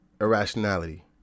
irrationality